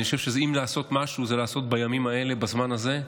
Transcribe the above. אני חושב שאם לעשות משהו זה לעשות בימים האלה בזמן הזה,